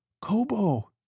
Kobo